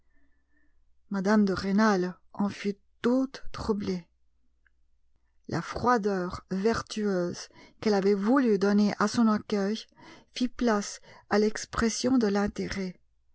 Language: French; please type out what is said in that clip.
mme de rênal en fut toute troublée la froideur vertueuse qu'elle avait voulu donner à son accueil fit place à l'expression de l'intérêt